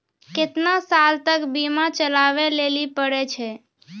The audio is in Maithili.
केतना साल तक बीमा चलाबै लेली पड़ै छै?